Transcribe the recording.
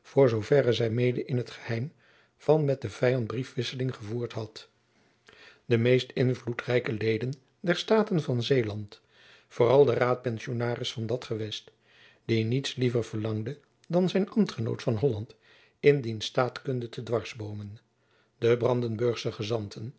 voor zoo verre zy mede in t geheim met den vyand briefwisseling gevoerd had de meest invloedrijke leden der staten van zeeland vooral de raadpensionaris van dat gewest die niets liever verlangde jacob van lennep elizabeth musch dan zijn ambtgenoot van holland in diens staatkunde te dwarsboomen de brandenburgsche gezanten